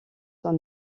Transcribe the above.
sans